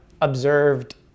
observed